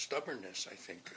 stubbornness i think